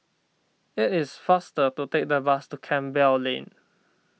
it is faster to take the bus to Campbell Lane